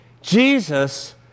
Jesus